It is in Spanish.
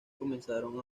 comenzaron